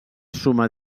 suma